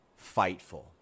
fightful